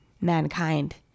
mankind